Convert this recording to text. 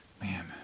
Man